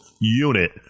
unit